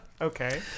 Okay